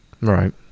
Right